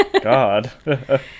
God